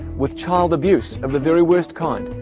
with child abuse of the very worst kind,